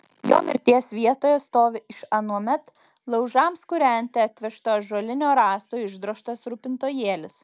jo mirties vietoje stovi iš anuomet laužams kūrenti atvežto ąžuolinio rąsto išdrožtas rūpintojėlis